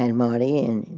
and marty. and